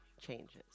changes